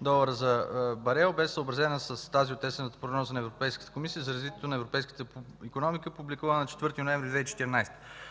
долара за барел бе съобразена с тази от есенната прогноза на Европейската комисия за развитието на европейската икономика, публикувана на 4 ноември 2014